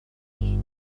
foliage